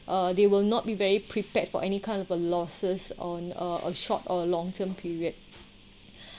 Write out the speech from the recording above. uh they will not be very prepared for any kind of a losses on a a short or long term period